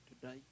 today